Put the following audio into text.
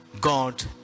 God